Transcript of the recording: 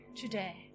today